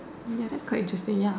ya that's quite interesting ya